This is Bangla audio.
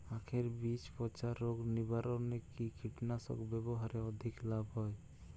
আঁখের বীজ পচা রোগ নিবারণে কি কীটনাশক ব্যবহারে অধিক লাভ হয়?